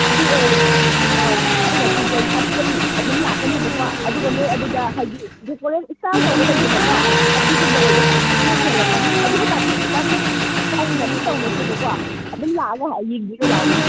ꯑꯗꯨ ꯑꯣꯏꯔꯗꯤ ꯑꯩꯅ ꯇꯨ ꯄꯣꯏꯟ ꯐꯥꯏꯚꯁꯤꯗ ꯑꯗꯨꯝ ꯂꯥꯛꯀꯅꯦꯕꯀꯣ ꯑꯗꯨꯒ ꯅꯣꯏ ꯑꯗꯨꯗ ꯍꯥꯏꯗꯤ ꯗꯦꯀꯣꯔꯦꯠ ꯏꯁꯇꯥꯏꯜ ꯇꯧꯕ ꯂꯩꯗꯅꯀꯣ ꯑꯗꯨꯒꯨꯝꯕ ꯑꯣꯏꯕ ꯇꯥꯔꯗꯤ ꯈꯔ ꯍꯦꯜꯂꯛꯀꯅꯤ ꯑꯗꯨꯒ ꯇꯥꯊꯣꯛ ꯇꯥꯊꯣꯛ ꯇꯥꯁꯤꯟ ꯑꯗꯨꯝ ꯇꯧꯅꯁꯦꯕꯀꯣ ꯑꯗꯨꯝ ꯂꯥꯛꯑꯒ ꯌꯦꯡꯕꯤꯔꯨ ꯂꯥꯎꯅꯦ